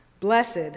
Blessed